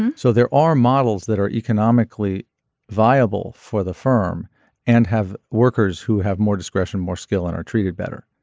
and so there are models that are economically viable for the firm and have workers who have more discretion more skill and are treated better.